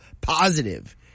positive